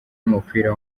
w’umupira